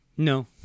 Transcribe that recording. No